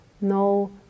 no